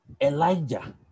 Elijah